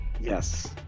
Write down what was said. Yes